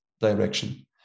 direction